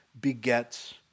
begets